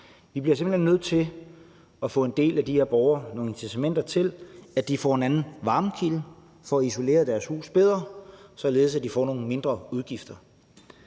Vi bliver simpelt hen nødt til at give en del af de her borgere nogle incitamentet til, at de får en anden varmekilde, får isoleret deres huse bedre, således at de får nogle mindre udgifter.